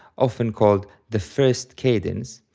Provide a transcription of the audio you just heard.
often called the first cadence,